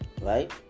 right